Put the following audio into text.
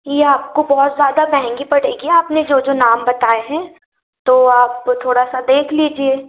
ये आपको बहुत ज़्यादा महँगी पड़ेगी आपने जो जो नाम बताए हैं तो आप थोड़ा सा देख लीजिए